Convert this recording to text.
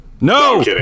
No